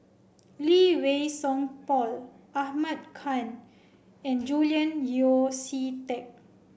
Lee Wei Song Paul Ahmad Khan and Julian Yeo See Teck